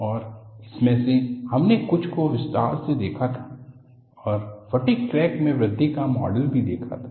और इनमें से हमने कुछ को विस्तार से देखा था और फटिग क्रैक में वृद्धि का मॉडल भी देखा था